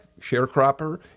sharecropper